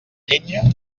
llenya